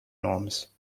norms